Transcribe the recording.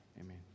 Amen